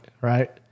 right